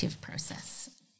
process